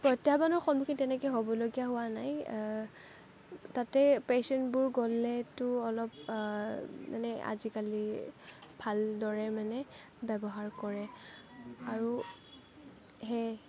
প্ৰত্যাহ্বানৰ সন্মুখীন তেনেকে হ'বলগীয়া হোৱা নাই তাতে পেচেণ্টবোৰ গ'লেটো অলপ মানে আজিকালি ভালদৰে মানে ব্যৱহাৰ কৰে আৰু সেই